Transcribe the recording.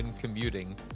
commuting